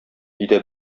өйдә